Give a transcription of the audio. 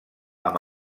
amb